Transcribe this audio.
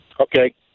Okay